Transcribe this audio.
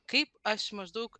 kaip aš maždaug